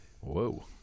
Whoa